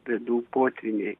bėdų potvyniai